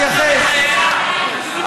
חבל שאתה לא מתייחס.